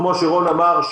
כפי שרון חולדאי אמר,